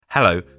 Hello